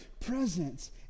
presence